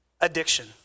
addiction